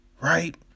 right